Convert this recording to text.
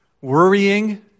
worrying